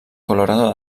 colorado